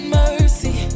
mercy